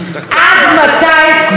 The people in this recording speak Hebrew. כבוד ראש הממשלה,